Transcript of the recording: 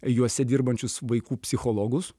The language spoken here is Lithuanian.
juose dirbančius vaikų psichologus